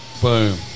Boom